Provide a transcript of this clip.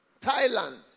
Thailand